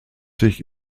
sich